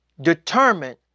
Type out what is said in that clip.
determined